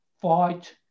fight